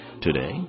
today